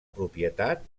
propietat